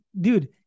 dude